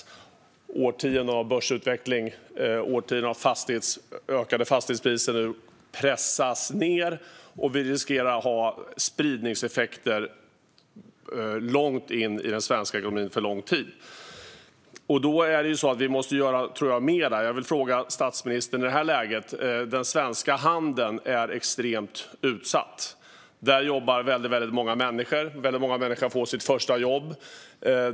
Efter årtionden av börsutveckling och ökade fastighetspriser pressas de nu ned. Det riskerar att få spridningseffekter långt in i den svenska ekonomin för lång tid. Då måste vi göra mer, tror jag. Jag vill i det här läget fråga statsministern om den svenska handeln, som är extremt utsatt. Där jobbar väldigt många människor. Väldigt många människor får sitt första jobb där.